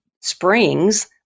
springs